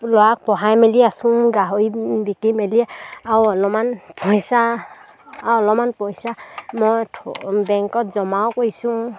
ল'ৰাক পঢ়াই মেলি আছোঁ গাহৰি বিক্ৰী মেলি আৰু অলমান পইচা আৰু অলমান পইচা মই বেংকত জমাও কৰিছোঁ